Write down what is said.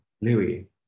Louis